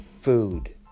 food